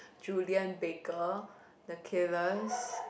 Julien Baker the Killers